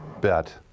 bet